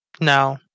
No